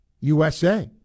USA